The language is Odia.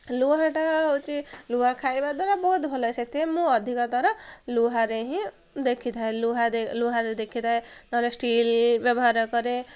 ଲୁହାଟା ହେଉଛି ଲୁହା ଖାଇବା ଦ୍ୱାରା ବହୁତ ଭଲ ଲାଗେ ସେଥିପାଇଁ ମୁଁ ଅଧିକତର ଲୁହାରେ ହିଁ ଦେଖିଥାଏ ଲୁହା ଲୁହାରେ ଦେଖିଥାଏ ନହେଲେ ଷ୍ଟିଲ୍ ବ୍ୟବହାର କରେ